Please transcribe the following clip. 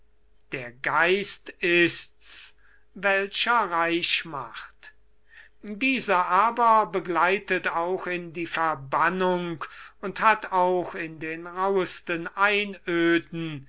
der geist ist's welcher reich macht dieser begleitet auch in die verbannung und hat auch in den rauhesten einöden